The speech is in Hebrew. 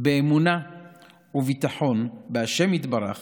באמונה וביטחון בה' יתברך